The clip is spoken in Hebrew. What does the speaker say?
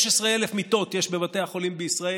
16,000 מיטות יש בבתי החולים בישראל.